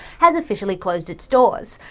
has officially closed its doors.